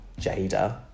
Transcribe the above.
Jada